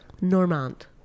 Normand